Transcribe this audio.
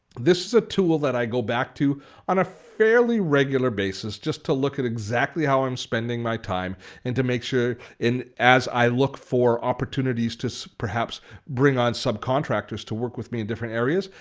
this is a tool that i go back to on a fairly regular basis just to look at exactly how i'm spending my time and to make sure, as i look for opportunities to so perhaps bring on sub-contractors to work with me in different areas,